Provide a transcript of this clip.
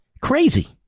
crazy